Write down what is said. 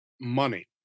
money